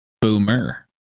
Boomer